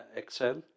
excel